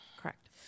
Correct